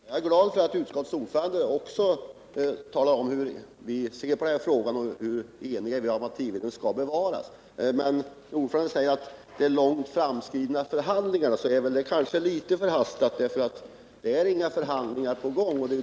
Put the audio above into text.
Herr talman! Jag är glad för att också utskottets ordförande talade om hur vi i utskottet ser på denna fråga och hur eniga vi är om att Tiveden skall bevaras. Men att, som utskottets ordförande gör, tala om långt framskridna förhandlingar är kanske litet förhastat, eftersom det inte är några förhandlingar på gång.